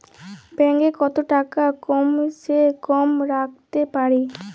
Bank এ কত টাকা কম সে কম রাখতে পারি?